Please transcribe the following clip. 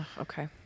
Okay